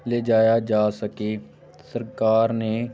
ਲੈ ਜਾਇਆ ਜਾ ਸਕੇ ਸਰਕਾਰ ਨੇ